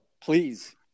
please